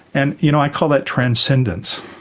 and you know i call that transcendence,